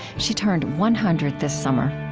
she turned one hundred this summer